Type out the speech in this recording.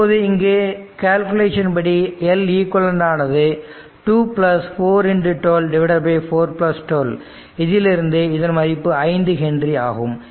இப்போது இந்த கால்குலேஷன் படி Leq ஆனது 2412412 இதிலிருந்து இதன் மதிப்பு 5 ஹென்றி ஆகும்